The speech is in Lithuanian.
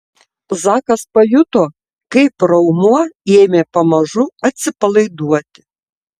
zakas pajuto kaip raumuo ėmė pamažu atsipalaiduoti